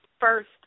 first